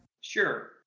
Sure